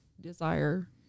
desire